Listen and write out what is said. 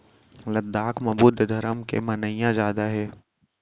लद्दाख म बुद्ध धरम के मनइया जादा हे